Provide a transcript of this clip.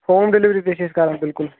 home delivery تہِ چھِ أسۍ کران بِلکُل